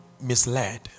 misled